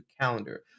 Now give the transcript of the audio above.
calendar